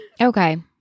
Okay